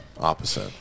opposite